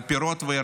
על פירות וירקות,